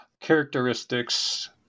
characteristics